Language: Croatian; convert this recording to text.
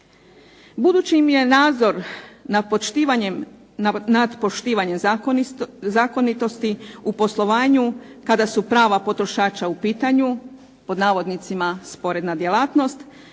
Budući im je nadzor nad poštivanjem zakonitosti u poslovanju, kada su prava potrošača u pitanju "sporedna djelatnost",